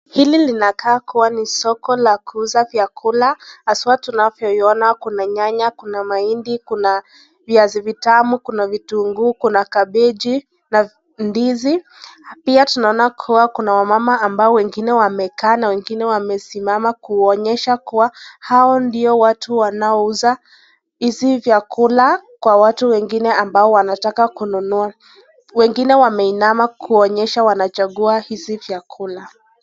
Hili linakaa kuwa ni soko la kuuza vyakula haswa tunavyo iona Kuna nyanya, Kuna mahindi, Kuna viazi vitamu , Kuna vitunguu, kuna kabeji na ndizi. Pia tunaona kuwa kuna mama amekaa na wengine wamesimama kuonyesha kuwa hao ndio watu wanaouza, hizi vyakula Kwa watu wengine ambao wanataka kununua. Wengine wameinama kuonyesha anachagua hizi vyakula.